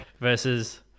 Versus